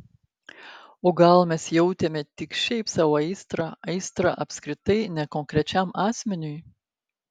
o gal mes jautėme tik šiaip sau aistrą aistrą apskritai ne konkrečiam asmeniui